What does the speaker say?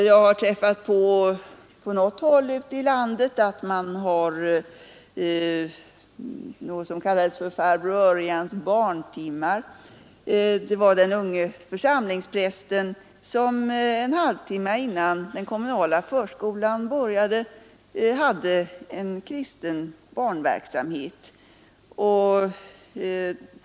Jag har på något håll ute i landet träffat på vad som kallades ”farbror Örjans barntimmar”. Det var den unge församlingsprästen som en halvtimme innan den kommunala förskolan började satte in en kristen barnverksamhet.